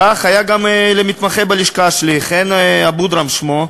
כך קרה גם למתמחה בלשכה שלי, חן אבודרהם שמו.